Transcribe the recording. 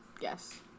Yes